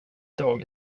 dag